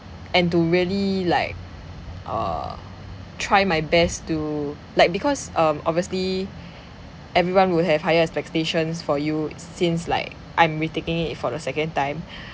and to really like err try my best to like because um obviously everyone will have higher expectations for you since like I'm retaking it for the second time